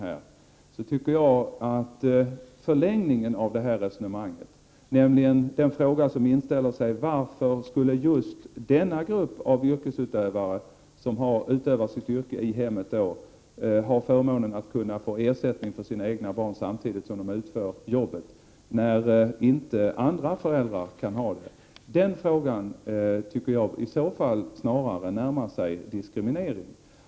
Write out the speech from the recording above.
Jag tycker nog att förlängningen av det resonemanget snarare närmar sig diskriminering, nämligen den fråga som inställer sig: Varför skulle just den grupp av yrkesverksamma som utövar sitt yrke i hemmet ha förmånen att kunna få ersättning för vården av sina egna barn samtidigt som de utför jobbet, när inte andra föräldrar får det?